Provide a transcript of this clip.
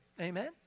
Amen